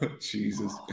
Jesus